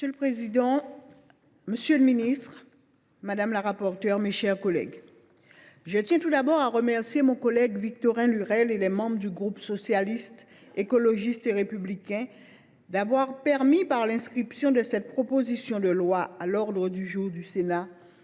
Monsieur le président, monsieur le ministre, mes chers collègues, je tiens tout d’abord à remercier mon collègue Victorin Lurel et les membres du groupe Socialiste, Écologiste et Républicain d’avoir permis, par l’inscription de cette proposition de loi à l’ordre du jour du Sénat,